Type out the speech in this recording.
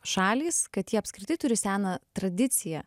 šalys kad jie apskritai turi seną tradiciją